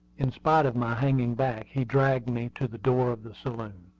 in spite of my hanging back, he dragged me to the door of the saloon.